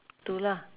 tu lah